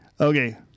Okay